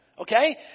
Okay